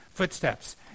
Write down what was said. footsteps